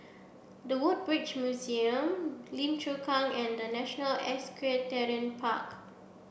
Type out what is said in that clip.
the Woodbridge Museum Lim Chu Kang and The National Equestrian Park